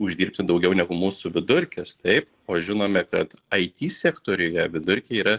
uždirbti daugiau negu mūsų vidurkis taip o žinome kad it sektoriuje vidurkiai yra